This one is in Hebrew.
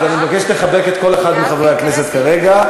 אז אני מבקש לחבק כל אחד מחברי הכנסת כרגע.